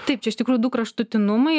taip čia iš tikrųjų du kraštutinumai